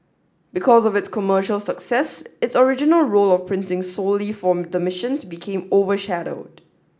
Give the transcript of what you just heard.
because of its commercial success its original role of printing solely for the missions became overshadowed